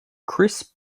chris